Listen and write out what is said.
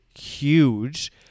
huge